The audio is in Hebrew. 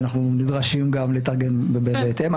אנחנו נדרשים גם להתארגן בהתאם.